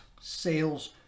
sales